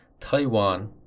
taiwan